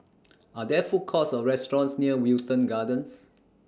Are There Food Courts Or restaurants near Wilton Gardens